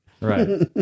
right